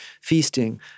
feasting